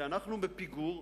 שאנחנו בפיגור,